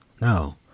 No